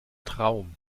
traum